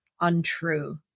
untrue